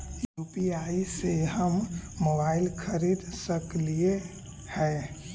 UPI से हम mobile खरिद सकलिऐ है